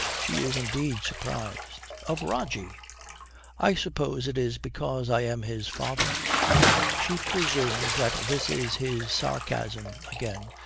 she is indeed surprised. of rogie i suppose it is because i am his father she presumes that this is his sarcasm again,